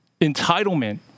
entitlement